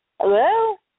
Hello